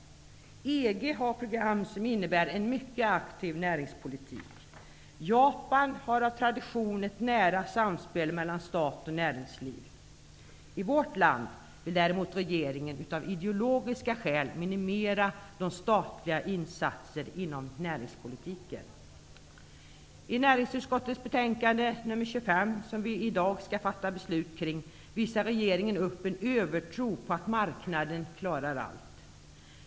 EG har program som innebär en mycket aktiv näringspolitik. Japan har av tradition ett nära samspel mellan stat och näringsliv. I vårt land vill däremot regeringen av ideologiska skäl minimera de statliga insatserna inom näringspolitiken. I näringsutskottets betänkande nr 25, som vi i dag skall fatta beslut om, visar regeringen upp en övertro på att marknaden klarar allt.